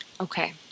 Okay